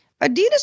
Adidas